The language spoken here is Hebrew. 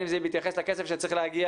בין אם זה מתייחס לכסף שצריך להגיע